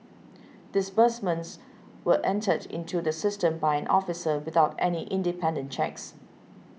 disbursements were entered into the system by an officer without any independent checks